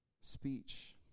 speech